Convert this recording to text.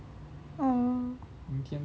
orh